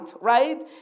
right